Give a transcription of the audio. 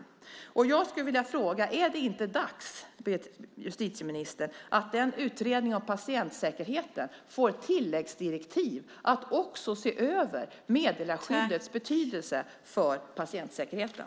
Jag skulle vilja fråga: Är det inte dags, justitieministern, att den utredningen av patientsäkerheten får ett tilläggsdirektiv att också se över meddelarskyddets betydelse för patientsäkerheten?